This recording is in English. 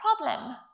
problem